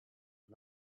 and